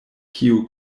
kio